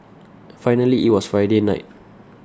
finally it was Friday night